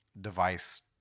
device